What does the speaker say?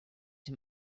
him